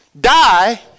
die